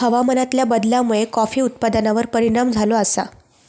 हवामानातल्या बदलामुळे कॉफी उत्पादनार परिणाम झालो आसा